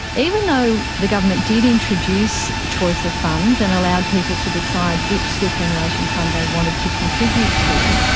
even though the government did introduce choice of funds and allowed people to decide which superannuation fund they wanted to contribute to,